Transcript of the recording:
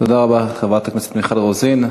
תודה רבה לחברת הכנסת מיכל רוזין.